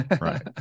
Right